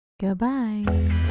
Goodbye